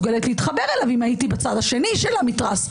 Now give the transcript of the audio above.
שאי-אפשר להגן מבחינה אינטלקטואלית על כך